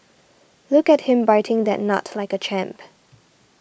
look at him biting that nut like a champ